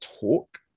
talk